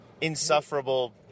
insufferable